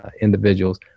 individuals